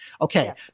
Okay